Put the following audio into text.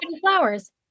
flowers